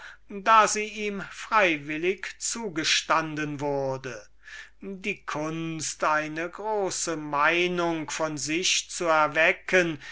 da sie ihm freiwillig zugestanden wurde die kunst eine große meinung von sich zu erwecken